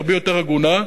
הרבה יותר הגונה,